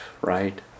right